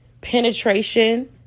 penetration